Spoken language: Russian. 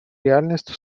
реальность